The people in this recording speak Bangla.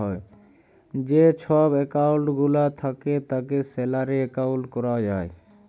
যে ছব একাউল্ট গুলা থ্যাকে তাকে স্যালারি একাউল্ট ক্যরা যায়